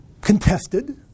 contested